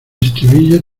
estribillo